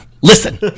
listen